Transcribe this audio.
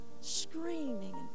screaming